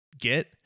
get